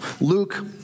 Luke